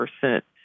percent